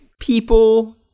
people